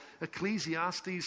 Ecclesiastes